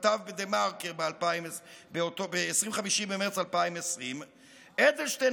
שכתב בדה מרקר ב-25 במרץ 2020: אדלשטיין